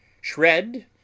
shred